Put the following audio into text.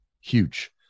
huge